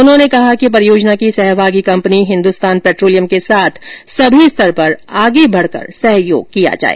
उन्होंने कहा कि पॅरियोजना की सहभागी कम्पनी हिन्दुस्तान पेट्रोलियम के साथ सभी स्तर पर आगे बढकर सहयोग किया जाए